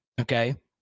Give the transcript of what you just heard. Okay